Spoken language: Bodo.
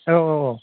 औ औ